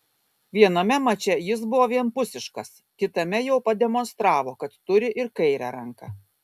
viename mače jis buvo vienpusiškas kitame jau pademonstravo kad turi ir kairę ranką